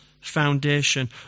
foundation